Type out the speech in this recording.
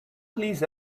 please